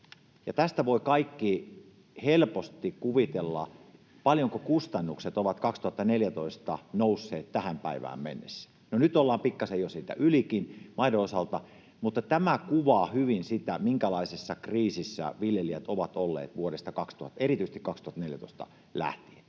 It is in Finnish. tästä voivat kaikki helposti kuvitella, paljonko kustannukset ovat vuodesta 2014 nousseet tähän päivään mennessä. Nyt ollaan maidon osalta pikkasen jo siitä ylikin, mutta tämä kuvaa hyvin sitä, minkälaisessa kriisissä viljelijät ovat olleet erityisesti vuodesta 2014 lähtien.